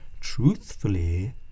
truthfully